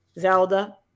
Zelda